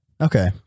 Okay